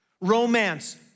romance